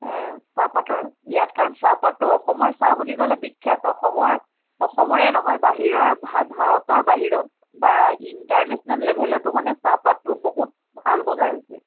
এ চাহপাতৰ ইয়াত কাৰণ চাহপাতটো অসমৰ চাহ বুলি ক'লে বিখ্যাত অসমৰ অসমৰে নহয় বাহিৰৰ ভা ভাৰতৰ বাহিৰত বা ইণ্টাৰনেশ্যনেল লেভেলতো মানে চাহপাতটো বহুত ভাল বজাৰ হৈছে